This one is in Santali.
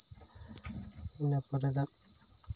ᱤᱱᱟᱹ ᱯᱚᱨᱮ ᱫᱚ